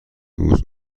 اتوبوس